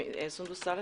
סונדוס סאלח.